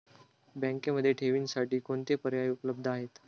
बँकेमध्ये ठेवींसाठी कोणते पर्याय उपलब्ध आहेत?